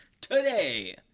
Today